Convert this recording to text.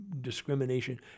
discrimination